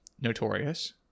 notorious